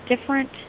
different